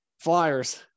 flyers